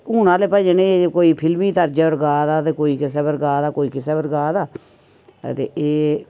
ते हून आह्ले भजन एह् कोई फिल्मी तर्जा पर गा दा ते कोई किसै पर गा दा कोई किसै पर गा दा ते एह्